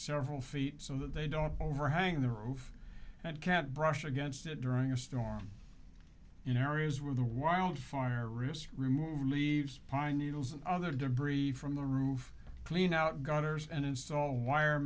several feet so that they don't overhang the roof and can't brush against it during a storm in areas where the wildfire risk remove leaves pine needles and other debris from the roof clean out gutters and install wire